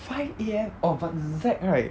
five A_M oh but zac right